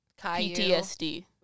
PTSD